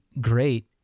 great